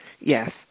Yes